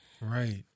Right